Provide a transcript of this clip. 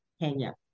Kenya